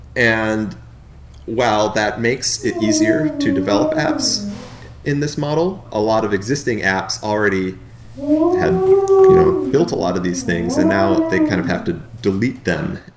and while that makes it easier to develop apps in this model, a lot of existing apps already had you know built a lot of these things and now they kind of have to delete them,